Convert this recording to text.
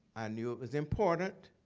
i knew it was important.